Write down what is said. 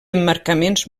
emmarcaments